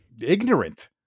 ignorant